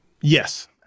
Yes